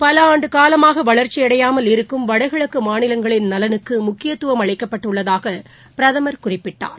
பல ஆண்டு காலமாக வளர்ச்சியடையாமல் இருக்கும் வடகிழக்கு மாநிலங்களின் நலனுக்கு முக்கியத்துவம் அளிக்கப்பட்டுள்ளதாக பிரதமர் குறிப்பிட்டார்